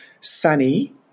sunny